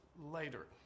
later